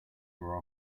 were